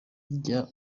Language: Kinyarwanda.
jya